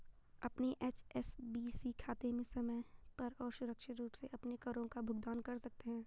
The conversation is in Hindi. अपने एच.एस.बी.सी खाते से समय पर और सुरक्षित रूप से अपने करों का भुगतान कर सकते हैं